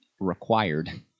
Required